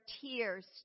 tears